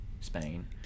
Spain